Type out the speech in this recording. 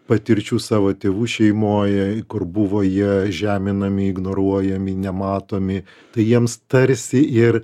patirčių savo tėvų šeimoj kur buvo jie žeminami ignoruojami nematomi tai jiems tarsi ir